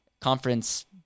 conference